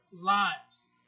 lives